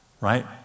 right